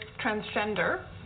transgender